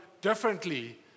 differently